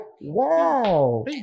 Wow